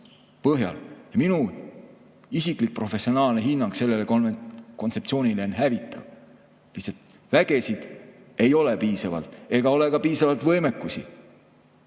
põhjal. Minu isiklik professionaalne hinnang sellele kontseptsioonile on hävitav. Lihtsalt vägesid ei ole piisavalt ega ole ka piisavalt võimekusi.